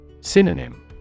Synonym